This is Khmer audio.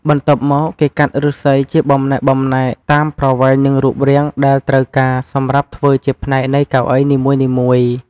បន្ទាប់មក គេកាត់ឫស្សីជាបំណែកៗ តាមប្រវែងនិងរូបរាងដែលត្រូវការសម្រាប់ធ្វើជាផ្នែកនៃកៅអីនីមួយៗ។